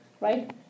Right